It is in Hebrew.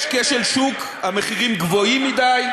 יש כשל שוק, המחירים גבוהים מדי,